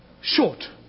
Short